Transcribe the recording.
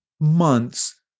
months